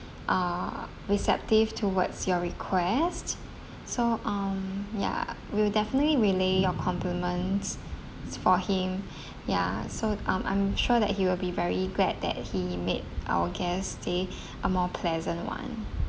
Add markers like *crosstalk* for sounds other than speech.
uh receptive towards your request so um ya we'll definitely relay your compliments s~ for him *breath* ya so I'm I'm sure that he will be very glad that he made our guest stay *breath* a more pleasant one